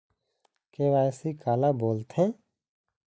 KYC काला बोलथें?